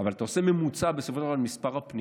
בסופו של דבר אתה עושה ממוצע על מספר פניות,